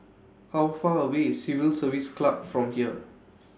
How Far away IS Civil Service Club from here